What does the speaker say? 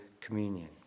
communion